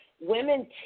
women